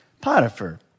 Potiphar